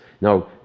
Now